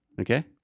Okay